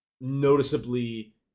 noticeably